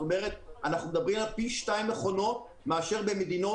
זאת אומרת פי שניים מכונות מאשר במדינות